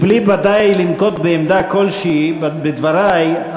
ודאי מבלי לנקוט עמדה כלשהי בדברי,